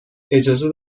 اجازه